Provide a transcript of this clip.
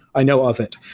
i know of it.